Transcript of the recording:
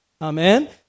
Amen